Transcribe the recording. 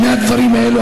שני הדברים האלה,